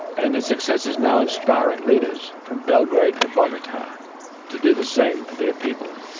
and its success is now inspiring leaders from belgrade to bogota to do the same for their people.